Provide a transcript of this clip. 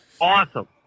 awesome